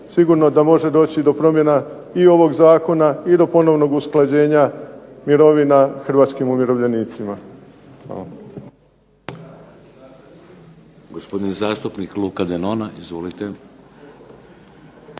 Sigurno da može doći do promjena i ovog zakona i do ponovnog usklađenja mirovina hrvatskim umirovljenicima.